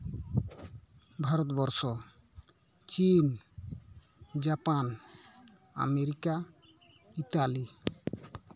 ᱵᱷᱟᱨᱚᱛᱵᱚᱨᱥᱚ ᱪᱤᱱ Japan America Italy